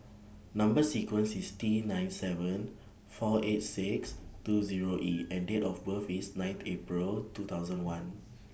Number sequence IS T nine seven four eight six two Zero E and Date of birth IS ninth April two thousand and one